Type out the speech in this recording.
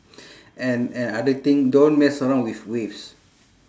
and and other thing don't mess around with waves